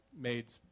made